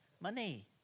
money